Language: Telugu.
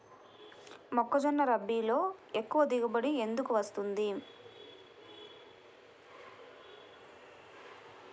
మొక్కజొన్న రబీలో ఎక్కువ దిగుబడి ఎందుకు వస్తుంది?